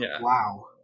Wow